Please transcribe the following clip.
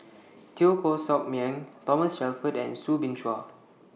Teo Koh Sock Miang Thomas Shelford and Soo Bin Chua